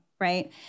right